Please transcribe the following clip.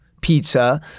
pizza